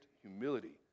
humility